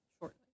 shortly